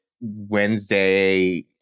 Wednesday